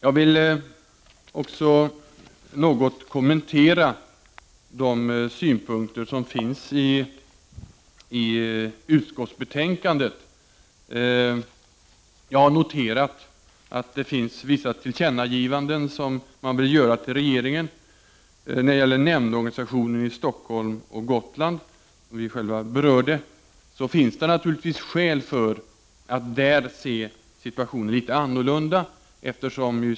Jag skall också något kommentera de synpunkter som förs fram i utskottsbetänkandet. Bl.a. har jag noterat att man vill göra vissa tillkännagivanden till regeringen. Det finns naturligtvis skäl att se litet annorlunda på nämndorganisationen i Stockholm och på Gotland, en fråga som vi själva har berört.